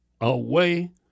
away